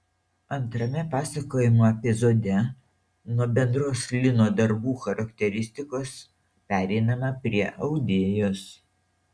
antrame pasakojimo epizode nuo bendros lino darbų charakteristikos pereinama prie audėjos